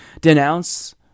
denounce